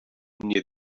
near